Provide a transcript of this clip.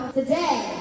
today